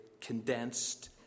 condensed